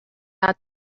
ought